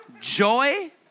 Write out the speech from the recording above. joy